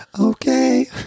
Okay